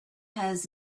has